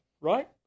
right